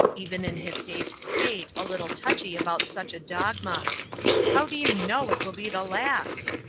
even in his dazed state a little touchy about such a dogma how do you know it will be the last?